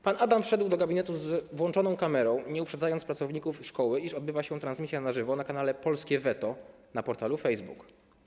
Pan Adam wszedł do gabinetu z włączoną kamerą, nie uprzedzając pracowników szkoły, że odbywa się transmisja na żywo na kanale Polskie Veto na portalu Facebook.